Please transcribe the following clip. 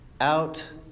out